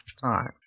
time